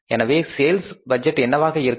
எனவே sales budget என்னவாக இருக்கும்